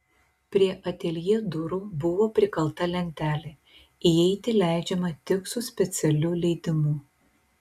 prie ateljė durų buvo prikalta lentelė įeiti leidžiama tik su specialiu leidimu